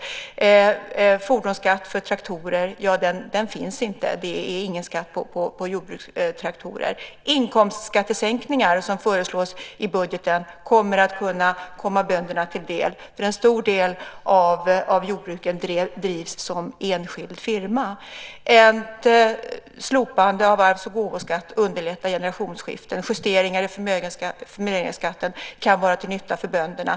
Någon fordonsskatt finns inte för traktorer - det är ingen skatt på jordbrukstraktorer. De inkomstskattesänkningar som föreslås i budgeten kommer att kunna komma bönderna till del, för en stor del av jordbruken drivs som enskild firma. Ett slopande av arvs och gåvoskatterna underlättar generationsskiften. Justeringar i förmögenhetsskatten kan vara till nytta för bönderna.